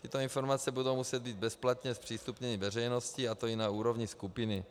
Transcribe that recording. Tyto informace budou muset být bezplatně zpřístupněny veřejnosti, a to i na úrovni skupiny.